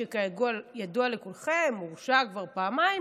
שכידוע לכולכם הורשע כבר פעמיים